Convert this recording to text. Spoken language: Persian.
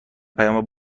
پیام